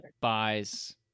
Buys